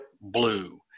Blue